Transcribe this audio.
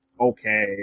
okay